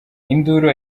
induru